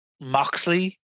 Moxley